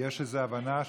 יש איזו הבנה?